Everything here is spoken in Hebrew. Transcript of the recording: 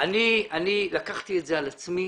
אני לקחתי את זה על עצמי